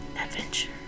adventure